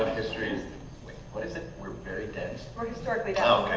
ah history is, wait, what is it? we're very dense. we're historically